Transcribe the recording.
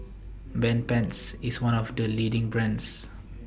Bedpans IS one of The leading brands